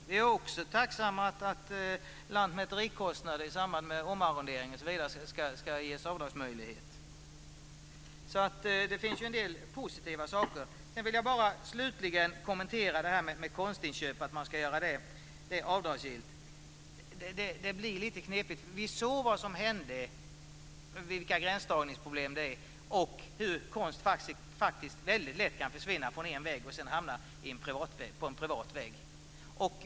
Vi är också tacksamma för att det ska ges avdragsmöjlighet för lantmäterikostnader i samband med omarrondering. Det finns en del positiva saker. Jag vill bara slutligen kommentera att man skulle göra konstinköp avdragsgillt. Det blir lite knepigt. Vi såg vad som hände, vilka gränsdragningsproblem som uppstod och hur konst faktiskt väldigt lätt kan försvinna från en vägg och sedan hamna på en privat vägg.